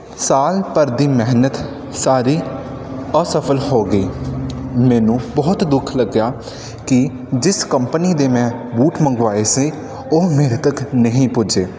ਸਾਲ ਭਰ ਦੀ ਮਿਹਨਤ ਸਾਰੀ ਅਸਫਲ ਹੋ ਗਈ ਮੈਨੂੰ ਬਹੁਤ ਦੁੱਖ ਲੱਗਿਆ ਕਿ ਜਿਸ ਕੰਪਨੀ ਦੇ ਮੈਂ ਬੂਟ ਮੰਗਵਾਏ ਸੀ ਉਹ ਮੇਰੇ ਤੱਕ ਨਹੀਂ ਪੁੱਜੇ